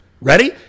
Ready